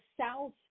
south